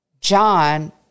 John